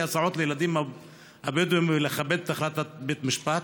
הסעות לילדים הבדואים ולכבד את החלטת בית משפט?